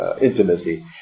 intimacy